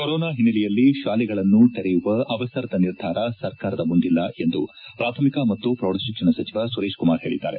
corona ಹಿನ್ನೆಲೆಯಲ್ಲಿ ಶಾಲೆಗಳನ್ನು ತೆರೆಯುವ ಅವಸರದ ನಿರ್ಧಾರ ಸರ್ಕಾರದ ಮುಂದಿಲ್ಲ ಎಂದು ಪ್ರಾಥಮಿಕ ಮತ್ತು ಪ್ರೌಢಶಿಕ್ಷಣ ಸಚಿವ ಸುರೇಶ್ ಕುಮಾರ್ ಪೇಳಿದ್ದಾರೆ